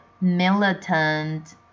militant